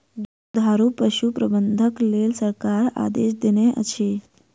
दुधारू पशु प्रबंधनक लेल सरकार आदेश देनै अछि